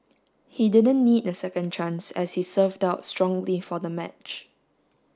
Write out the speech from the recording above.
he didn't need a second chance as he served out strongly for the match